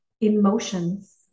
emotions